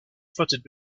fluttered